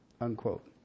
unquote